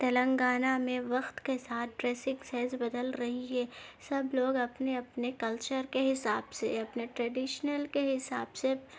تلنگانہ میں وقت کے ساتھ ڈریسنگ سینس بدل رہی ہے سب لوگ اپنے اپنے کلچر کے حساب سے اپنے ٹریڈیشنل کے حساب سے